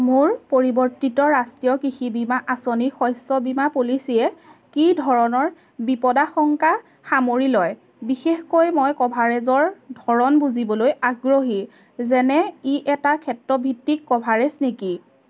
মোৰ পৰিৱৰ্তিত ৰাষ্ট্ৰীয় কৃষি বীমা আঁচনি শস্য বীমা পলিচীয়ে কি ধৰণৰ বিপদাশংকা সামৰি লয় বিশেষকৈ মই কভাৰেজৰ ধৰণ বুজিবলৈ আগ্ৰহী যেনে ই এটা ক্ষেত্ৰভিত্তিক কভাৰেজ নেকি